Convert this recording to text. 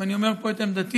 ואני אומר פה את עמדתי,